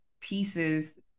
pieces